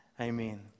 Amen